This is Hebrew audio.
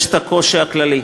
יש הקושי הכללי,